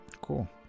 Cool